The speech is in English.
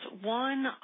One